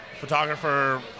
photographer